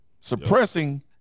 Suppressing